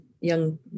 young